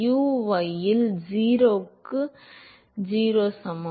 u y இல் 0 என்பது 0க்கு சமம்